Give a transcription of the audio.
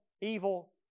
evil